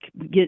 get